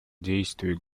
действий